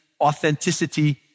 authenticity